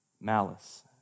malice